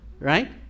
Right